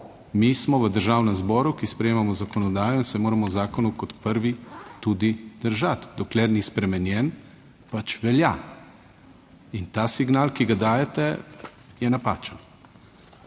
mi smo v Državnem zboru, ki sprejemamo zakonodajo in se moramo zakonov kot prvi tudi držati. Dokler ni spremenjen, pač velja. In ta signal, ki ga dajete, je napačen.